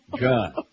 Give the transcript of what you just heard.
God